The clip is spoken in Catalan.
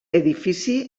edifici